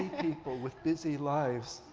people with busy lives,